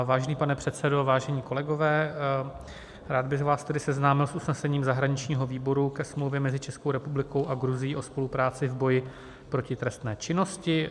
Vážený pane předsedo, vážení kolegové, rád bych vás tedy seznámil s usnesením zahraničního výboru ke Smlouvě mezi Českou republikou a Gruzií o spolupráci v boji proti trestné činnosti.